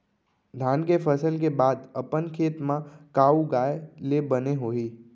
धान के फसल के बाद अपन खेत मा का उगाए ले बने होही?